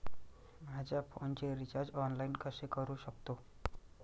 माझ्या फोनचे recharge online कसे करू शकतो?